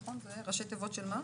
ראשי תיבות של מה?